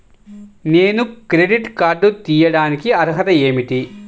నేను credit card తీయడానికి అర్హత ఏమిటి?